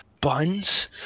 buns